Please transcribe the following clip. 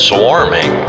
Swarming